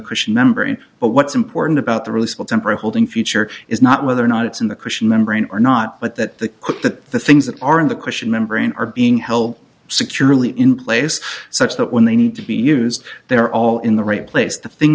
christian membrane but what's important about the really still temporary holding future is not whether or not it's in the christian membrane or not but that the cook the things that are in the christian membrane are being held securely in place such that when they need to be used they're all in the right place the thing